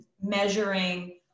measuring